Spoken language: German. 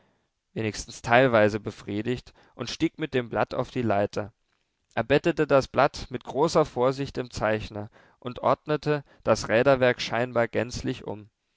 wenigstens teilweise befriedigt und stieg mit dem blatt auf die leiter er bettete das blatt mit großer vorsicht im zeichner und ordnete das räderwerk scheinbar gänzlich um